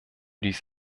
dies